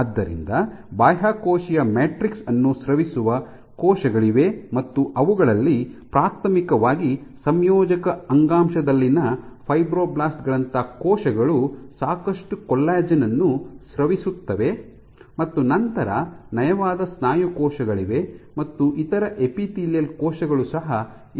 ಆದ್ದರಿಂದ ಬಾಹ್ಯಕೋಶೀಯ ಮ್ಯಾಟ್ರಿಕ್ಸ್ ಅನ್ನು ಸ್ರವಿಸುವ ಕೋಶಗಳಿವೆ ಮತ್ತು ಅವುಗಳಲ್ಲಿ ಪ್ರಾಥಮಿಕವಾಗಿ ಸಂಯೋಜಕ ಅಂಗಾಂಶದಲ್ಲಿನ ಫೈಬ್ರೊಬ್ಲಾಸ್ಟ್ ಗಳಂತಹ ಕೋಶಗಳು ಸಾಕಷ್ಟು ಕೊಲ್ಲಾಜೆನ್ ಅನ್ನು ಸ್ರವಿಸುತ್ತವೆ ಮತ್ತು ನಂತರ ನಯವಾದ ಸ್ನಾಯು ಕೋಶಗಳಿವೆ ಮತ್ತು ಇತರ ಎಪಿಥೇಲಿಯಲ್ ಕೋಶಗಳು ಸಹ ಇರುತ್ತವೆ